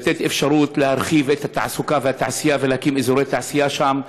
לתת אפשרות להרחיב את התעסוקה והתעשייה ולהקים אזורי תעשייה שם,